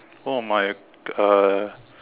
one of my uh